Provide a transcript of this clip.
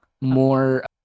more